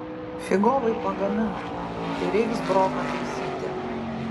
figovai pagamino tai reiks broką taisyti